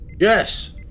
Yes